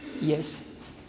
Yes